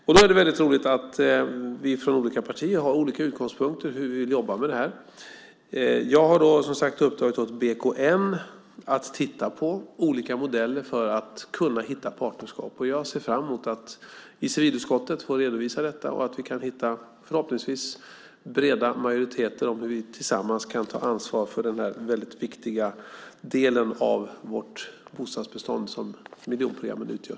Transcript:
Det är väldigt roligt att vi från olika partier har olika utgångspunkter för hur vi vill jobba med detta. Jag har uppdragit åt BKN att titta på olika modeller för att kunna hitta partnerskap. Jag ser fram emot att i civilutskottet få redovisa detta och att vi kan hitta förhoppningsvis breda majoriteter där vi tillsammans kan ta ansvar för den väldigt viktiga del av vårt bostadsbestånd som miljonprogrammen utgör.